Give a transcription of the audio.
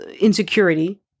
insecurity